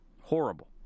horrible